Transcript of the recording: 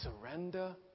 surrender